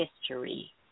history